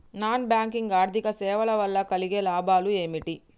Non bank ఆర్థిక సేవల వల్ల కలిగే లాభాలు ఏమిటి?